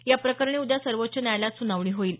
या प्रकरणी उद्या सर्वोच्च न्यायालयात सुनावणी होईल